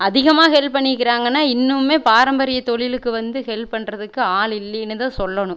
அதிகமாக ஹெல்ப் பண்ணிக்கிறாங்கன்னா இன்னுமே பாரம்பரிய தொழிலுக்கு வந்து ஹெல்ப் பண்ணுறதுக்கு ஆள் இல்லேன்னு தான் சொல்லணும்